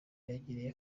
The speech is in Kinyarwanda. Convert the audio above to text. yangiriye